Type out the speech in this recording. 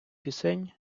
пісень